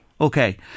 Okay